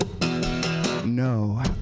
No